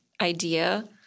idea